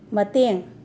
ꯃꯇꯦꯡ